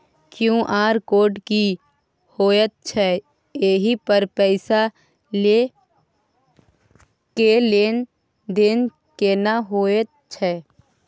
QR code की होयत छै एहि पर पैसा के लेन देन केना होयत छै?